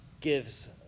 gives